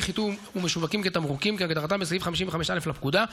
חיטוי ומשווקים כתמרוקים כהגדרתם בסעיף 55א לפקודה,